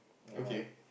ya